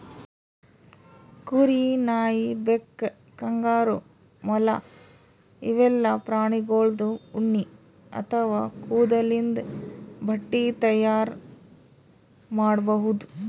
ಕುರಿ, ನಾಯಿ, ಬೆಕ್ಕ, ಕಾಂಗರೂ, ಮೊಲ ಇವೆಲ್ಲಾ ಪ್ರಾಣಿಗೋಳ್ದು ಉಣ್ಣಿ ಅಥವಾ ಕೂದಲಿಂದ್ ಬಟ್ಟಿ ತೈಯಾರ್ ಮಾಡ್ಬಹುದ್